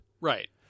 Right